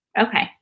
Okay